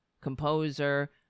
Composer